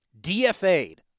DFA'd